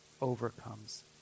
overcomes